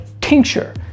tincture